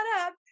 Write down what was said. up